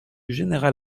général